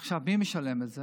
עכשיו, מי משלם את זה?